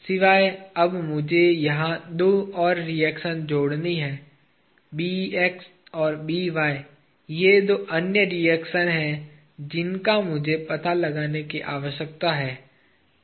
सिवाय अब मुझे यहां दो और रिएक्शन जोड़नी हैं और ये दो अन्य रिएक्शन हैं जिनका मुझे पता लगाने की आवश्यकता है